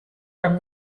from